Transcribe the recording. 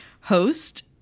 host